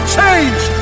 change